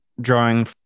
drawing